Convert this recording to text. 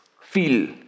feel